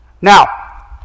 Now